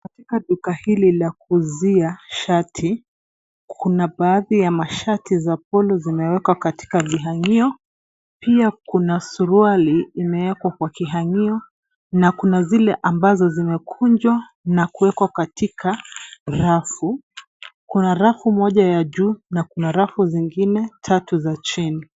Katika duka hili la kuuzia shati kuna baadhi ya masharti za polo zimewekwa katika vihangio pia kuna suruali imeekwa kwa kihangio ,na kuna zile ambazo zimekunjwa na kuwekwa katika rafu ,kuna rafu moja ya juu na kuna rafu zingine tatu za chini.